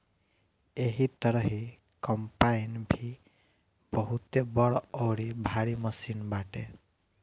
एही तरही कम्पाईन भी बहुते बड़ अउरी भारी मशीन बाटे